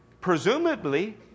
presumably